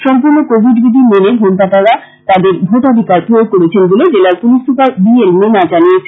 সম্পূর্ণ কোভিড বিধি মেনে ভোটদাতাগণ তাদের ভোটাধিকার প্রয়োগ করেছেন বলে জেলার police super B L Meena জানিয়েছেন